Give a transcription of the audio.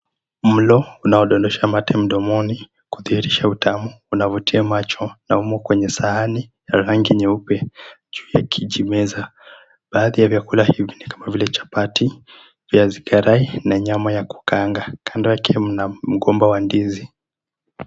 Mlo unaodondosha mate mdomoni kudhihirisha utamu unavutia macho na umo kwenye sahani la rangi nyeupe juu ya kijimeza. Baadhi ya vyakula hivi ni kama vile: chapati, viazikarai, na nyama ya kukaanga. Kando yake mna mgomba wa ndizi.